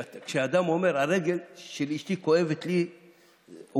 כשאדם אומר "הרגל של אשתי כואבת לי",